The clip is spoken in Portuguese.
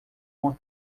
uma